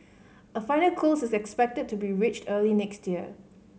a final close is expected to be reached early next year